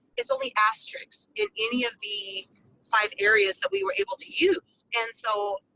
it's only asterisks in any of the five areas that we were able to use. and so,